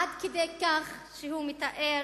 עד כדי כך שהוא מתאר